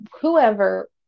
whoever